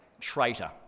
traitor